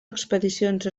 expedicions